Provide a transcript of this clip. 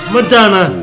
Madonna